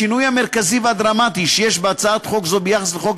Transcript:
השינוי המרכזי והדרמטי שיש בהצעת חוק זו ביחס לחוק